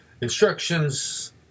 Instructions